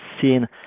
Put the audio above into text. seen